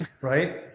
right